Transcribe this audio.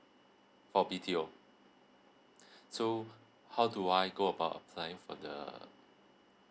for B_T_O so how do I go about applying for the